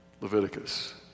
Leviticus